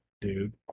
dude